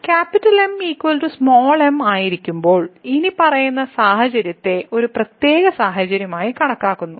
M m ആയിരിക്കുമ്പോൾ ഇനിപ്പറയുന്ന സാഹചര്യത്തെ ഒരു പ്രത്യേക സാഹചര്യമായി കണക്കാക്കുന്നു